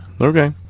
okay